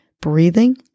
breathing